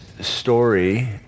story